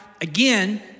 again